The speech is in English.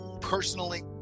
personally